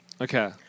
Okay